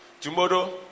Tomorrow